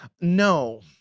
No